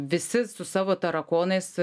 visi su savo tarakonais